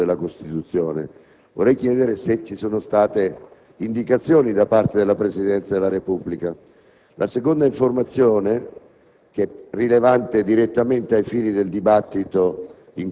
palesemente scoperti ai sensi dell'articolo 81 della Costituzione. Vorrei chiedere se ci sono state indicazioni dal parte della Presidenza della Repubblica. La seconda informazione